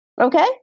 Okay